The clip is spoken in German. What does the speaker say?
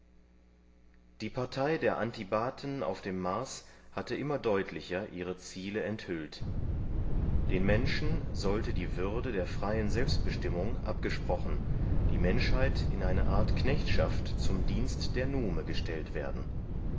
die partei der antibaten auf dem mars hatte immer deutlicher ihre ziele enthüllt den menschen sollte die würde der freien selbstbestimmung abgesprochen die menschheit in eine art knechtschaft zum dienst der nume gestellt werden